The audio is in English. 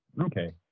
Okay